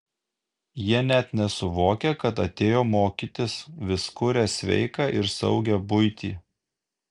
jie net nesuvokia kad atėjo mokytis vis kuria sveiką ir saugią buitį